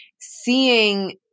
seeing